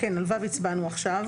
כן, על (ו) הצבענו עכשיו.